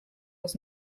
was